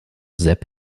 sepp